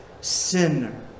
sinner